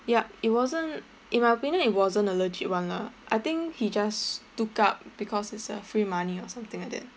yup it wasn't in my opinion it wasn't a legit one lah I think he just took up because it's a free money or something like that